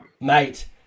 Mate